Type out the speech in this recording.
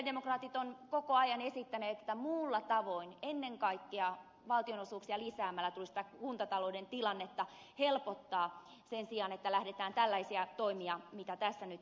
sosialidemokraatit ovat koko ajan esittäneet että muulla tavoin ennen kaikkea valtionosuuksia lisäämällä tulisi tätä kuntatalouden tilannetta helpottaa sen sijaan että lähdetään tällaisiin toimiin joita tässä nyt esitetään